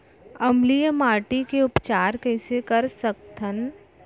अम्लीय माटी के उपचार कइसे कर सकत हन?